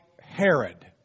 Herod